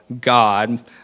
God